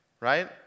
right